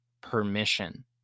permission